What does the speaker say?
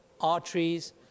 arteries